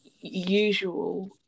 usual